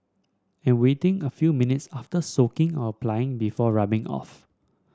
and waiting a few minutes after soaking or applying before rubbing off